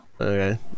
Okay